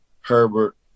Herbert